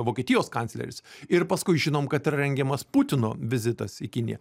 vokietijos kancleris ir paskui žinom kad yra rengiamas putino vizitas į kiniją